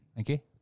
Okay